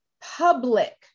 public